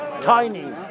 Tiny